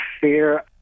Fear